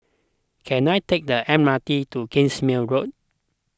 can I take the M R T to Kingsmead Road